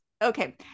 Okay